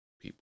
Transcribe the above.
people